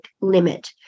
limit